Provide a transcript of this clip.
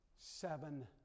seven